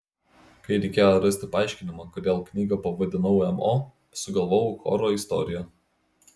kai reikėjo rasti paaiškinimą kodėl knygą pavadinau mo sugalvojau choro istoriją